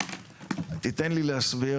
תיתן לי להסביר.